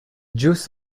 juice